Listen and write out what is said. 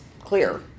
clear